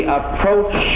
approach